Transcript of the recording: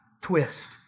twist